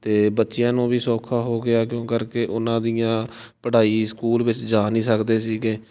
ਅਤੇ ਬੱਚਿਆਂ ਨੂੰ ਵੀ ਸੌਖਾ ਹੋ ਗਿਆ ਕਿਉਂ ਕਰਕੇ ਉਹਨਾਂ ਦੀਆਂ ਪੜ੍ਹਾਈ ਸਕੂਲ ਵਿੱਚ ਜਾ ਨਹੀਂ ਸਕਦੇ ਸੀਗੇ